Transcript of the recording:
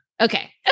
Okay